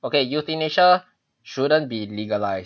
okay euthanasia shouldn't be legalised